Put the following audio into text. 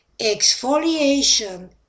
Exfoliation